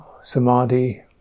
samadhi